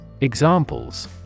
Examples